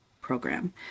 program